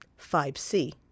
5C